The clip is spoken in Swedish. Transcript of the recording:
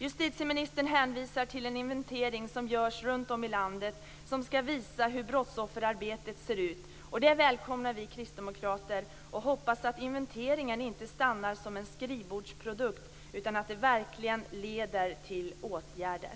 Justitieministern hänvisar till en inventering som görs runt om i landet som skall visa hur brottsofferarbetet ser ut. Det välkomnar vi kristdemokrater. Vi hoppas att inventeringen inte stannar som en skrivbordsprodukt utan att den verkligen leder till åtgärder.